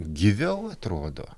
gyviau atrodo